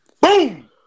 Boom